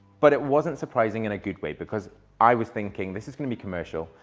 but it wasn't surprising in a good way because i was thinking this is going to be commercial.